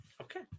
Okay